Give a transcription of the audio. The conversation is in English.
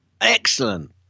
excellent